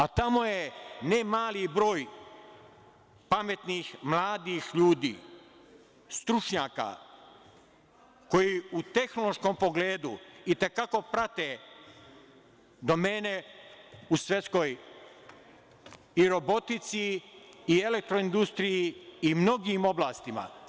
A tamo je ne mali broj pametnih, mladih ljudi, stručnjaka, koji u tehnološkom pogledu i te kako prate domene u svetskoj i robotici i elektroindustriji i u mnogim oblastima.